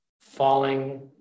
falling